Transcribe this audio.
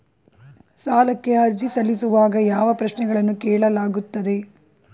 ಸಾಲಕ್ಕೆ ಅರ್ಜಿ ಸಲ್ಲಿಸುವಾಗ ಯಾವ ಪ್ರಶ್ನೆಗಳನ್ನು ಕೇಳಲಾಗುತ್ತದೆ?